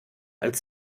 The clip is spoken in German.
als